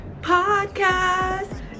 podcast